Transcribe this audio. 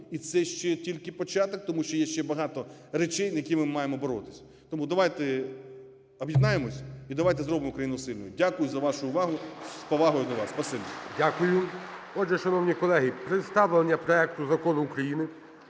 і це ще тільки початок, тому що є ще багато речей, за які ми маємо боротися. Тому давайте об'єднаємося і давайте зробимо Україну сильною. Дякую за вашу увагу. З повагою до вас! Спасибі. (Оплески) ГОЛОВУЮЧИЙ. Дякую. Отже, шановні колеги, представлення проекту Закону України